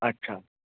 अच्छा